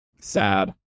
Sad